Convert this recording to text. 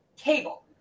Cable